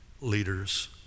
leaders